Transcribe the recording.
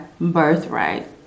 birthright